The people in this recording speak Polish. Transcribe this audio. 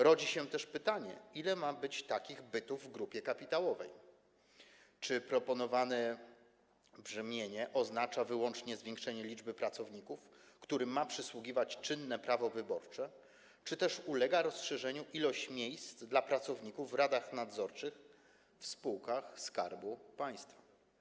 Rodzi się też pytanie, ile ma być takich bytów w grupie kapitałowej, czy proponowane brzmienie oznacza wyłącznie zwiększenie liczby pracowników, którym ma przysługiwać czynne prawo wyborcze, czy też ulega zwiększeniu ilość miejsc dla pracowników w radach nadzorczych w spółkach Skarbu Państwa.